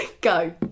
Go